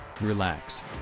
relax